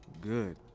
Good